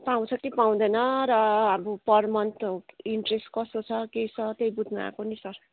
पाउँछ कि पाउँदैन र अब पर मन्थ इन्ट्रेस्ट कस्तो छ के छ त्यही बुझ्न आएको नि सर